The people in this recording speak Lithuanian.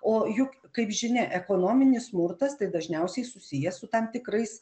o juk kaip žinia ekonominis smurtas tai dažniausiai susijęs su tam tikrais